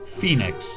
Phoenix